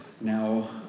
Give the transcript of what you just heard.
now